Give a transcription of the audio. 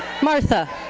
martha?